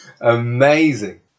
amazing